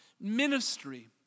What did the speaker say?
ministry